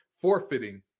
forfeiting